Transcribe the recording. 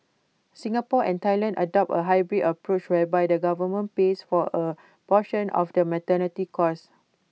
Singapore and Thailand adopt A hybrid approach whereby the government pays for A portion of the maternity costs